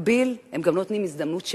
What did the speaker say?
ובמקביל הם גם לא נותנים הזדמנות שווה,